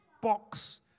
box